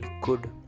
good